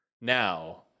Now